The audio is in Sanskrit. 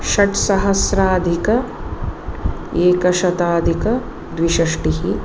षड्सहस्राधिक एकशताधिकद्विषष्टिः